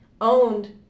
owned